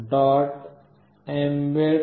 mbed